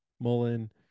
Mullen